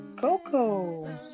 Coco